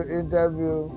interview